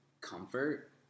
comfort